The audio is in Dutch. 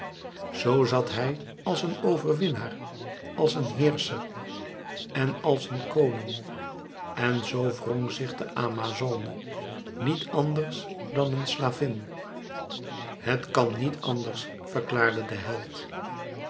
zoo zat hij als een overwinnaar als een heerscher en als een koning en zoo wrong zich de amazone niet anders dan een slavin het kan niet anders verklaarde de held